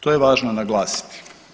To je važno naglasiti.